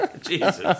Jesus